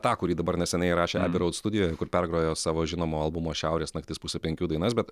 tą kurį dabar nesenai įrašė abei roud studijoj kur pergrojo savo žinomo albumo šiaurės naktis pusė penkių dainas bet